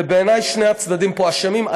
ובעיני שני הצדדים פה אשמים.